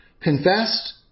confessed